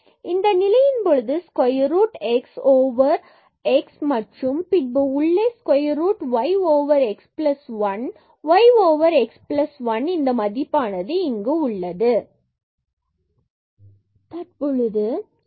இந்த நிலையின் போது இங்கு square root x over x மற்றும் பின்பு உள்ளே square root y x 1 y x 1 இந்த மதிப்பானது இங்கு உள்ளது எனவே தற்பொழுது இது உள்ளது